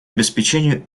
обеспечению